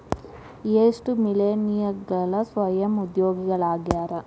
ಎಷ್ಟ ಮಿಲೇನಿಯಲ್ಗಳ ಸ್ವಯಂ ಉದ್ಯೋಗಿಗಳಾಗ್ಯಾರ